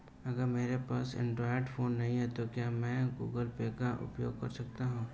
अगर मेरे पास एंड्रॉइड फोन नहीं है तो क्या मैं गूगल पे का उपयोग कर सकता हूं?